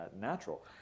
natural